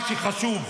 מה שחשוב,